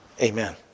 Amen